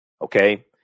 Okay